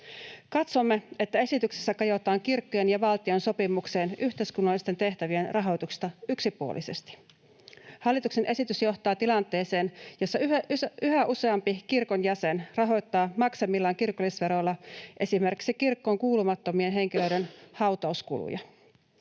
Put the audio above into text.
Katsomme, että esityksessä kajotaan kirkkojen ja valtion sopimukseen yhteiskunnallisten tehtävien rahoituksesta yksipuolisesti. Hallituksen esitys johtaa tilanteeseen, jossa yhä useampi kirkon jäsen rahoittaa maksamillaan kirkollisveroilla esimerkiksi kirkkoon kuulumattomien henkilöiden hautauskuluja.